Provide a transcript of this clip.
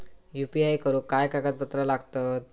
UPI करुक काय कागदपत्रा लागतत?